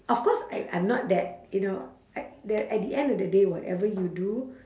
of course I I'm not that you know I the at the end of the day whatever you do